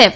F